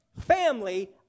family